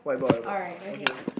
alright okay